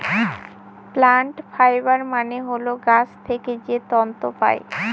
plant fibre মানে হল গাছ থেকে যে তন্তু পায়